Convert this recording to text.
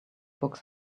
books